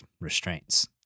restraints